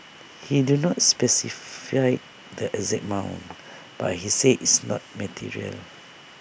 he do not specify the exact amount but he said it's not material